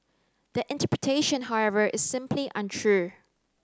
that interpretation however is simply untrue